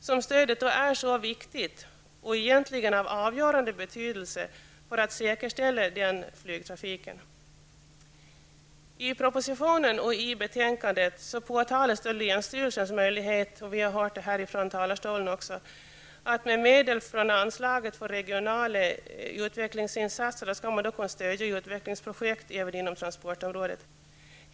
Därför är stödet så vik tigt och egentligen av avgörande betydelse för att säkerställa denna flygtrafik. I propositionen och i betänkandet påtalas länsstyrelsens möjlighet — och det har framförts även här från talarstolen — att med medel från anslaget för regionala utvecklingsinsatser stödja utvecklingsprojekt även inom transportområdet.